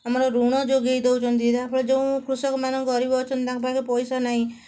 ଆମର ଋଣ ଯୋଗେଇ ଦେଉଛନ୍ତି ଯାହାଫଳରେ ଯେଉଁ କୃଷକମାନଙ୍କ ଗରିବ ଅଛନ୍ତି ତାଙ୍କ ପାଖରେ ପଇସା ନାହିଁ